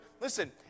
Listen